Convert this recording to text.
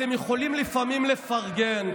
אתם יכולים לפעמים לפרגן,